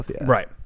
Right